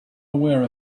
aware